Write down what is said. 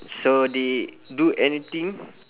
so they do anything